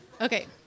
okay